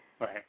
Right